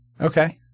Okay